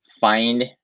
find